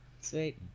sweet